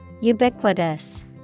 Ubiquitous